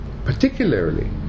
particularly